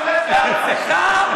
אורן, אנחנו בפרשת לך לך.